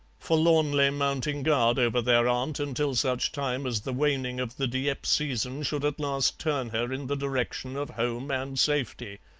forlornly mounting guard over their aunt until such time as the waning of the dieppe season should at last turn her in the direction of home and safety.